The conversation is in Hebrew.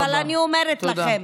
אבל אני אומרת לכם,